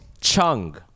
chung